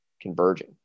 converging